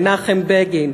מנחם בגין,